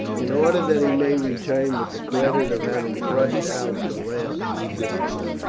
in order that he may return with the credit of having crushed out the last resistance.